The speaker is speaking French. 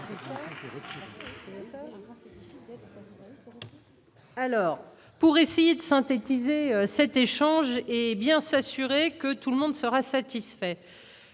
Alors. Pour essayer de synthétiser cet échange, hé bien s'assurer que tout le monde sera satisfait